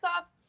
off